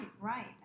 right